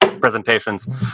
presentations